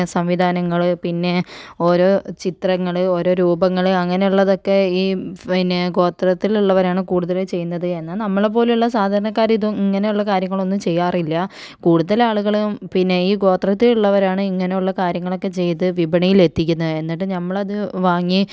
സംവിധാനങ്ങള് പിന്നെ ഓരോ ചിത്രങ്ങള് ഓരോ രൂപങ്ങള് അങ്ങനെയുള്ളതൊക്കെ ഈ പിന്നെ ഗോത്രത്തിലുള്ളവരാണ് കൂടുതല് ചെയ്യുന്നത് എന്നാൽ നമ്മളെപ്പോലെയുള്ള സാധാരണക്കാര് ഇത് ഇങ്ങനെയുള്ള കാര്യങ്ങളൊന്നും ചെയ്യാറില്ല കൂടുതൽ ആളുകളും പിന്നെ ഈ ഗോത്രത്തിലുള്ളവരാണ് ഇങ്ങനെയുള്ള കാര്യങ്ങളൊക്കെ ചെയ്ത് വിപണിയിൽ എത്തിക്കുന്നത് എന്നിട്ട് ഞമ്മളത് വാങ്ങി